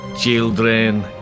children